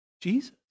jesus